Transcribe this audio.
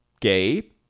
Gabe